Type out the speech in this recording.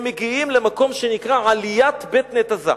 הם מגיעים למקום שנקרא עליית בית-נתזה.